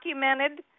documented